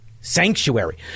Sanctuary